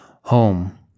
Home